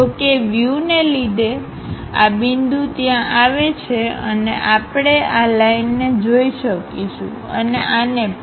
જો કે વ્યુને લીધે આ બિંદુ ત્યાં આવે છે અને આપ્ણે આ લાઇનને જોઇ શકીશું અને આને પણ